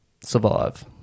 survive